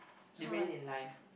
they made it in life